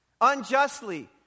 ...unjustly